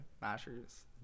Mashers